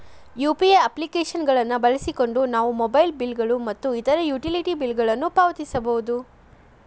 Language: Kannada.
ಯು.ಪಿ.ಐ ಅಪ್ಲಿಕೇಶನ್ ಗಳನ್ನು ಬಳಸಿಕೊಂಡು ನಾವು ಮೊಬೈಲ್ ಬಿಲ್ ಗಳು ಮತ್ತು ಇತರ ಯುಟಿಲಿಟಿ ಬಿಲ್ ಗಳನ್ನು ಪಾವತಿಸಬಹುದು